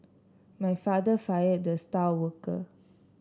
my father fired the star worker